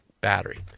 battery